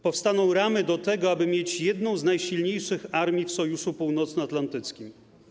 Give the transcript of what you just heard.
Powstaną ramy do tego, aby mieć jedną z najsilniejszych armii w Sojuszu Północnoatlantyckim.